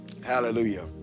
Hallelujah